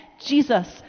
Jesus